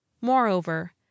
Moreover